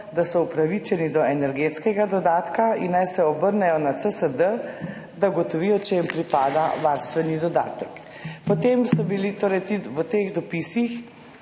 da so upravičeni do energetskega dodatka in naj se obrnejo na CSD, da ugotovijo, če jim pripada varstveni dodatek.« Potem so bili torej v teh dopisih